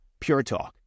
PureTalk